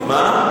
מה?